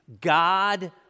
God